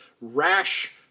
rash